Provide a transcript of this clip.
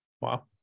Wow